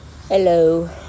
Hello